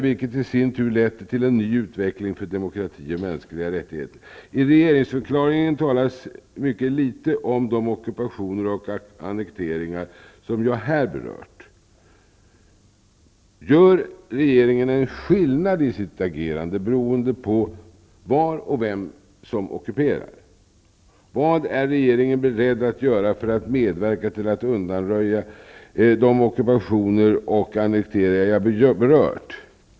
Det har i sin tur lett till en ny utveckling för demokrati och mänskliga rättigheter. I regeringsförklaringen talas det mycket litet om de ockupationer och annekteringar som jag berört här. Gör regeringen en skillnad i sitt agerande beroende på vem som ockuperar och var? Vad är regeringen beredd att göra för att medverka till att undanröja de ockupationer och annekteringar som jag berört?